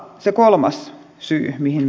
se kolmas syy